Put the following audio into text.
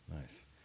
Nice